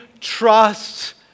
trust